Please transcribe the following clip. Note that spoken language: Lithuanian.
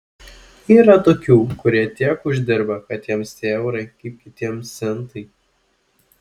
yra tokių kurie tiek uždirba kad jiems tie eurai kaip kitiems centai